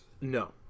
No